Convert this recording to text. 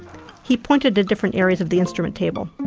he pointed at different areas of the instrument table.